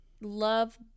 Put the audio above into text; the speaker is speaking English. love